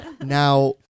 Now